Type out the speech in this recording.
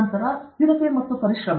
ನಂತರ ಸ್ಥಿರತೆ ಮತ್ತು ಪರಿಶ್ರಮ